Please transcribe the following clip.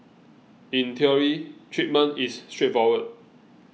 in theory treatment is straightforward